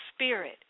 spirit